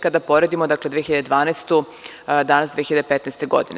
Kada poredimo dakle 2012. danas, 2015. godine.